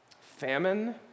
famine